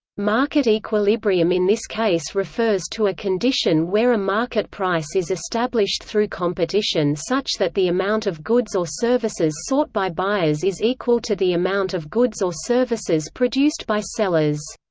market equilibrium in this case refers to a condition where a market price is established through competition such that the amount of goods or services sought by buyers is equal to the amount of goods or services produced by sellers.